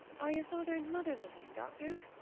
are your father and mother living, doctor?